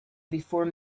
before